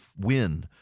win